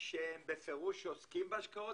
שהם בפירוש עוסקים בהשקעות,